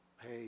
Hey